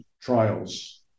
trials